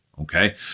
Okay